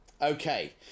Okay